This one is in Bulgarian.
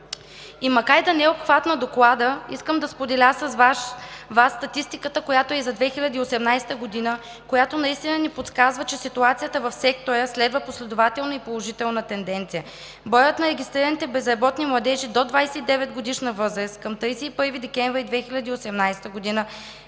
Макар да не е обхват на Доклада, искам да споделя с Вас статистиката за 2018 г., която наистина ни подсказва, че ситуацията в сектора следва последователна и положителна тенденция. Броят на регистрираните безработни младежи до 29-годишна възраст към 31 декември 2018 г.